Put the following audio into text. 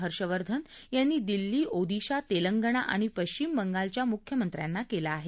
हर्षवर्धन यांनी दिल्ली ओदिशा तेलंगणा आणि पश्चिम बंगालच्या मुख्यमंत्र्यांना केलं आहे